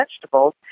vegetables